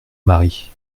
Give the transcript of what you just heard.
mari